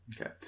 Okay